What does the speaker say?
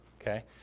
Okay